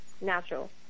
natural